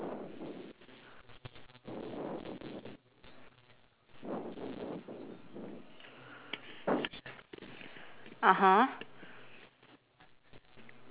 correct